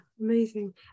amazing